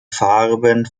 farben